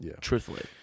truthfully